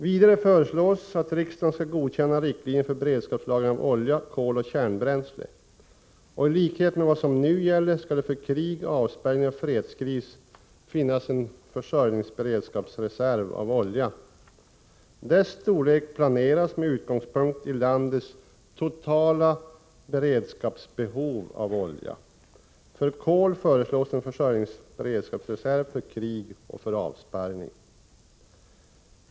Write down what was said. Vidare föreslås att riksdagen skall godkänna riktlinjer för beredskapslagring av olja, kol och kärnbränsle. I likhet med vad som nu gäller skall det för krig, avspärrning och fredskris finnas en försörjningsberedskapsreserv avseende olja. Dess storlek planeras med utgångspunkt i landets totala beredskapsbehov vad gäller olja. Beträffande kol föreslås en försörjningsberedskapsreserv för krig och avspärrning.